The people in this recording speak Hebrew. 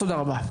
תודה רבה.